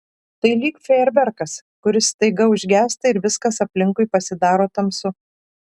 tai lyg fejerverkas kuris staiga užgęsta ir viskas aplinkui pasidaro tamsu